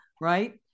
right